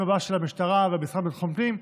הבא של המשטרה והמשרד לביטחון הפנים,